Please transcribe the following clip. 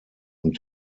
und